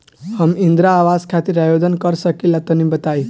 हम इंद्रा आवास खातिर आवेदन कर सकिला तनि बताई?